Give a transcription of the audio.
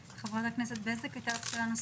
בבקשה.